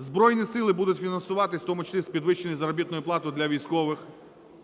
Збройні Сили будуть фінансуватися в тому числі з підвищеною заробітною платою для військових.